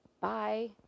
Bye